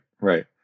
right